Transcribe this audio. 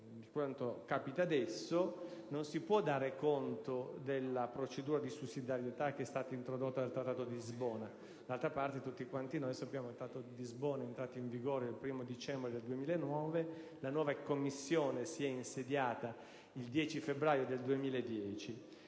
di quanto accade adesso, non si può dare conto della procedura di sussidiarietà che è stata introdotta dal Trattato di Lisbona. D'altra parte, tutti noi sappiamo che tale Trattato è entrato in vigore il 1° dicembre 2009 e la nuova Commissione si è insediata il 10 febbraio 2010.